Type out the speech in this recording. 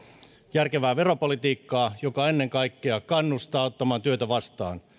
järkevää veropolitiikkaa joka ennen kaikkea kannustaa ottamaan työtä vastaan